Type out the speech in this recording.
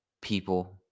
people